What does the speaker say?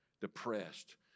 depressed